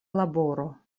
laboro